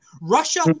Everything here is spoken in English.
russia